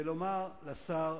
ולומר לשר: